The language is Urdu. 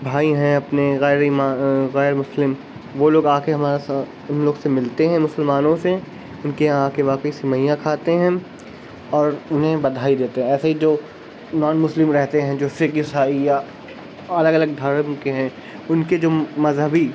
بھائی ہیں اپنے غیرایمان غیرمسلم وہ لوگ آ کے ہمارا ان لوگوں سے ملتے ہیں مسلمانوں سے ان کے یہاں آ کے باقی سوئیاں کھاتے ہیں اور انہیں بدھائی دیتے ہیں ایسے ہی جو نان مسلم رہتے ہیں جو سکھ عیسائی یا الگ الگ دھرم کے ہیں ان کے جو مذہبی